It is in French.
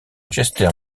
chester